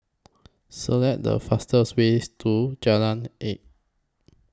Select The fastest Way to Jalan Elok